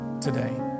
today